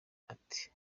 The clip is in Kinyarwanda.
ati